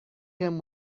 him